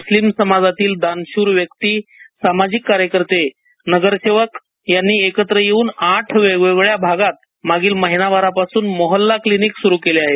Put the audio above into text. मुस्लिम समाजातील दानशूर व्यक्ती सामाजिक कार्यकर्ते नगरसेवक यांनी एकत्र येऊन आठ वेगवेगळ्या भागात मागील महिनाभरापासून मोहल्ला क्लीनिक सूरू केले आहेत